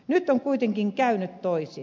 nyt on kuitenkin käynyt toisin